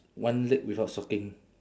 one leg without stocking